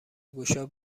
گشا